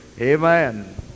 amen